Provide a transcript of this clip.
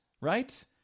right